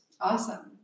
Awesome